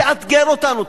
תאתגר אותנו,